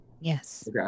Yes